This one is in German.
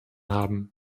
haben